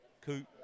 Coop